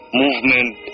movement